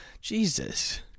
Jesus